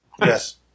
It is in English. Yes